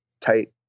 tight